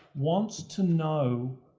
wants to know.